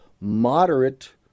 moderate